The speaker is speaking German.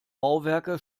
bauwerke